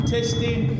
Testing